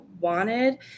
wanted